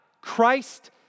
Christ